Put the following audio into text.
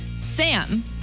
Sam